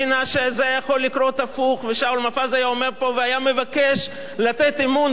מופז היה עומד פה והיה מבקש לתת אמון באבי דיכטר כשר להגנת העורף,